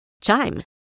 Chime